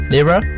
Lira